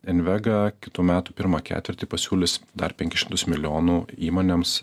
invega kitų metų pirmą ketvirtį pasiūlys dar penkis šimtus milijonų įmonėms